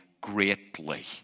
greatly